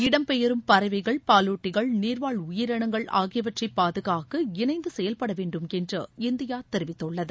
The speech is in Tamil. இடம் பெயரும் பறவைகள் பாலூட்டிகள் நீர்வாழ் உயிரினங்கள் ஆகியவற்றைபாதுகாக்க இணைந்துசெயல்படவேண்டுமென்று இந்தியாதெரிவித்துள்ளது